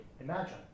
imagine